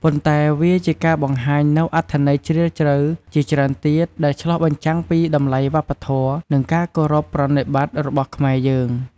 ប៉ុន្តែវាជាការបង្ហាញនូវអត្ថន័យជ្រាលជ្រៅជាច្រើនទៀត ដែលឆ្លុះបញ្ចាំងពីតម្លៃវប្បធម៌ និងការគោរពប្រណិប័តន៍របស់ខ្មែរយើង។